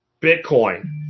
Bitcoin